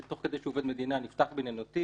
שתוך כדי שהוא עובד מדינה נפתח לו תיק,